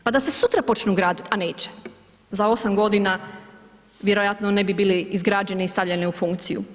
Pa da se sutra počnu graditi a neće, za 8 godina vjerojatno ne bi bile izgrađene i stavljene u funkciju.